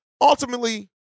ultimately